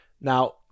Now